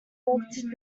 walked